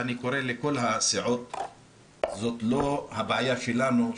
ואני קורא לכל הסיעות זאת לא הבעיה שלנו,